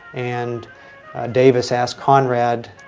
and davis asked conrad,